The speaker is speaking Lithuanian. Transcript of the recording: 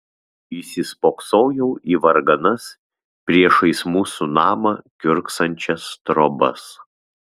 įsispoksojau į varganas priešais mūsų namą kiurksančias trobas